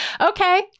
Okay